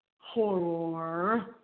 horror